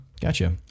Gotcha